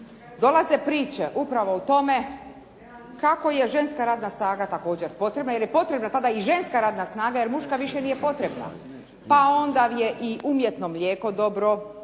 dolaze priče upravo o tome kako je ženska radna snaga također potrebna jer je potrebna tada i ženska radna snaga jer muška više nije potrebna. Pa onda je i umjetno mlijeko dobro, jednake